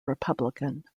republican